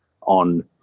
on